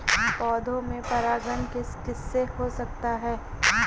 पौधों में परागण किस किससे हो सकता है?